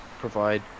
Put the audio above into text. provide